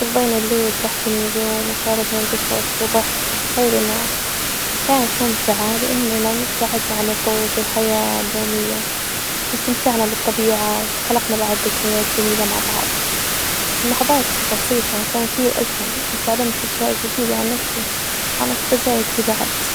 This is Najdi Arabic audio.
قظينا الليل مع النجوم وشاركنا قصص وضحك حول النار، كانت ممتعة لأننا نبتعد عن ظغوط الحياة اليومية ،وأستمتعنا بالطبيعة وخلقنا بعد ذكريات جميلة مع بعض، اللحظات البسيطة كانت هيا الأجمل وأتعلمت أشياء جديدة عن نفسي وعن صديجاتي بعد.